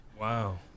Wow